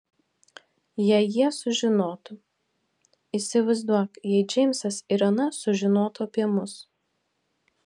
jei jie sužinotų įsivaizduok jei džeimsas ir ana sužinotų apie mus